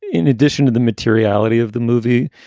in addition to the materiality of the movie,